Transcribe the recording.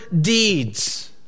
deeds